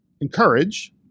encourage